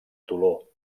toló